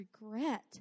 regret